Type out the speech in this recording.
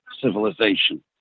civilization